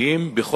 אני אסיים.